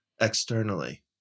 externally